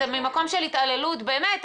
זה ממקום של התעללות, באמת.